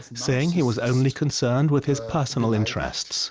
saying he was only concerned with his personal interests